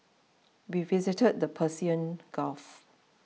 we visited the Persian Gulf